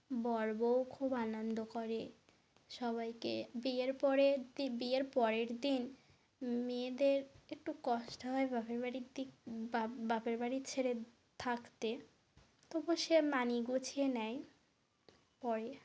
বর বউ খুব আনন্দ করে সবাইকে বিয়ের পরের দিন বিয়ের পরের দিন মেয়েদের একটু কষ্ট হয় বাপের বাড়ির দিক বাপের বাড়ি ছেড়ে থাকতে তবু সে মানিয়ে গুছিয়ে নেয় পরে